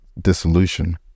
dissolution